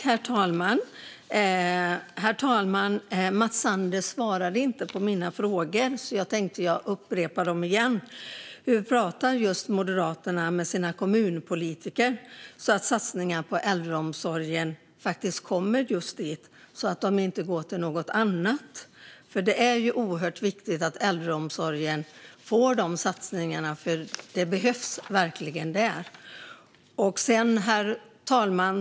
Herr talman! Mats Sander svarade inte på mina frågor, så jag tänker upprepa dem: Hur pratar Moderaterna med sina kommunpolitiker så att satsningar på äldreomsorgen går just dit och inte till något annat? Det är oerhört viktigt att äldreomsorgen får dessa satsningar, för de behövs verkligen där. Herr talman!